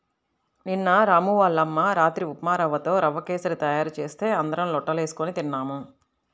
నిన్న రాము వాళ్ళ అమ్మ రాత్రి ఉప్మారవ్వతో రవ్వ కేశరి తయారు చేస్తే అందరం లొట్టలేస్కొని తిన్నాం